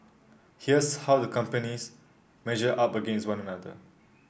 here's how the companies measure up against one another